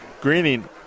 Greening